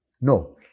No